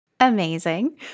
Amazing